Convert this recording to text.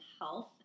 health